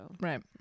Right